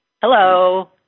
Hello